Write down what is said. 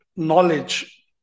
Knowledge